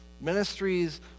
ministries